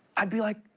i'd be like,